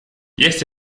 есть